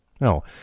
No